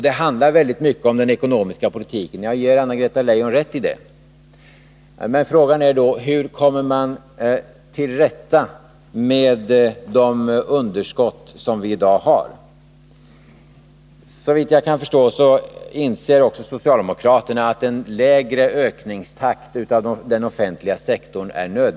Det handlar här mycket om den ekonomiska politiken — jag ger Anna-Greta Leijon rätt i detta. Men frågan är hur vi kommer till rätta med de underskott som vi i dag har. Såvitt jag kan förstå inser också socialdemokraterna att en lägre ökningstakt är nödvändig när det gäller den offentliga sektorn.